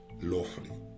lawfully